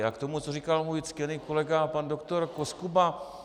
K tomu, co říkal můj ctěný kolega pan doktor Koskuba.